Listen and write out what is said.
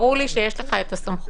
ברור לי שיש לך הסמכות